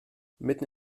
mitten